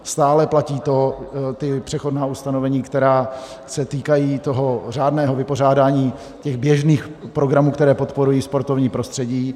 Stále platí ta přechodná ustanovení, která se týkají řádného vypořádání těch běžných programů, které podporují sportovní prostředí.